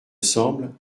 semble